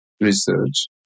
research